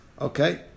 Okay